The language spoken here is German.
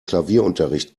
klavierunterricht